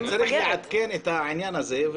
צריך לעדכן את העניין הזה.